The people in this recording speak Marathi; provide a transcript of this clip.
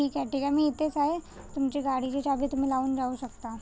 ठीक आहे ठीक आहे मी इथेच आहे तुमची गाडीची चाबी तुम्ही लावून जाऊ शकता